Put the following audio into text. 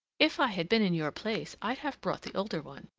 if i had been in your place, i'd have brought the older one.